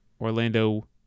Orlando